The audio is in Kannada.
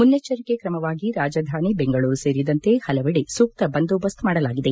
ಮುನ್ನೆಚ್ಚರಿಕೆ ತ್ರಮವಾಗಿ ರಾಜಧಾನಿ ಬೆಂಗಳೂರು ಸೇರಿದಂತೆ ಪಲವೆಡೆ ಸೂಕ್ತ ಬಂದೋಬಸ್ತ್ ಮಾಡಲಾಗಿದೆ